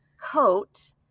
coat